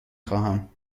خواهم